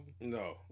No